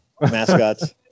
mascots